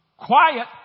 Quiet